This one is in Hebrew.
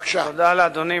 תודה לאדוני.